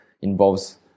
involves